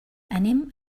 anem